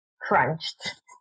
crunched